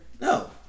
No